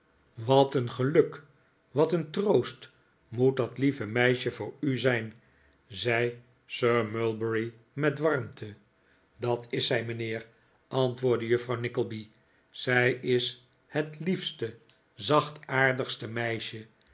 wat een geluk wat een troost moet dat lieve meisje voor u zijn zei sir mulberry met warmte dat is zij mijnheer antwoordde juffrouw nickleby zij is het liefste zachtaardigste meisje